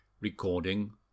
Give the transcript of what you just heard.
Recording